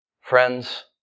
Friends